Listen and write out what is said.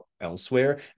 elsewhere